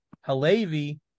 Halevi